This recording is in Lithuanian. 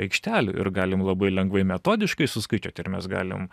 aikštelių ir galim labai lengvai metodiškai suskaičiuoti ir mes galim